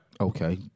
Okay